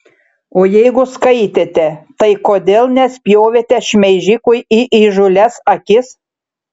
o jeigu skaitėte tai kodėl nespjovėte šmeižikui į įžūlias akis